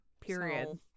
Period